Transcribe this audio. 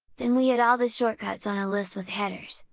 then we had all the shortcuts on a list with headers,